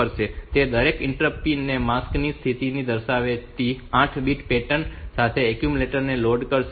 તે દરેક interrupt pin અને માસ્ક ની સ્થિતિ દર્શાવતી 8 બીટ પેટર્ન સાથે એક્યુમ્યુલેટર ને લોડ કરશે